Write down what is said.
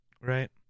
right